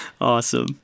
awesome